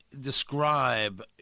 describe